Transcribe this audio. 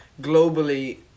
globally